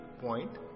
point